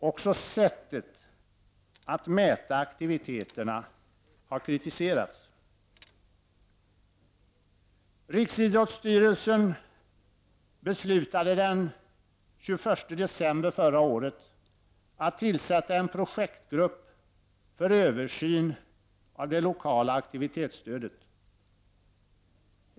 Också sättet att mäta aktiviteterna har kritiserats.” Riksidrottsstyrelsen beslutade den 21 december förra året att tillsätta en projektgrupp för översyn av det lokala aktivitetsstödet.